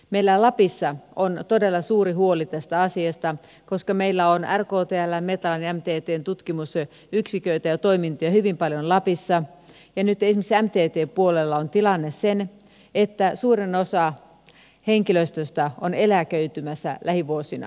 meillä lapissa on todella suuri huoli tästä asiasta koska meillä on rktln metlan ja mttn tutkimusyksiköitä ja toimintoja hyvin paljon lapissa ja nyt esimerkiksi mttn puolella on tilanne se että suurin osa henkilöstöstä on eläköitymässä lähivuosina